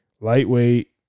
Lightweight